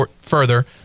further